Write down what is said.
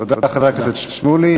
תודה, חבר הכנסת שמולי.